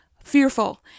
fearful